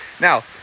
Now